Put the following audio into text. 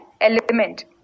element